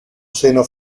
seno